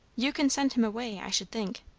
you can send him away, i should think.